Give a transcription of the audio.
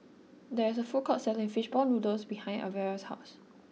there is a food court selling Fish Ball Noodles behind Alvera's house